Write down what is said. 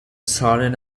staring